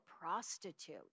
prostitute